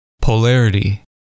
Polarity